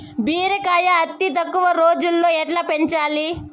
బీరకాయ అతి తక్కువ రోజుల్లో ఎట్లా పెంచాలి?